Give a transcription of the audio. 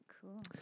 Cool